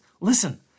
Listen